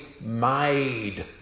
made